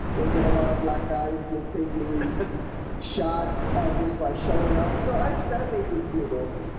we get a lot of black guys mistaking we shot just by showing up. so i that made me giggle